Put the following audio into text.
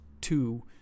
two